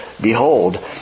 Behold